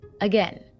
Again